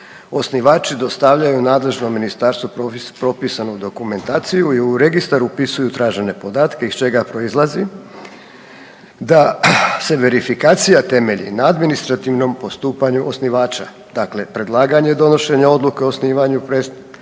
osnivači dostavljaju nadležnom ministarstvu propisanu dokumentaciju i u Registar upisuju tražene podatke iz čega proizlazi da se verifikacija temelji na administrativnom postupanju osnivača, dakle predlaganje donošenja odluka o osnivanju